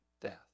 death